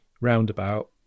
roundabout